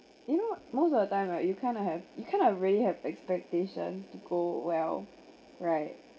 you know most of the time right you kind of have you kind of really have expectation to go well right